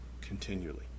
continually